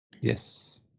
Yes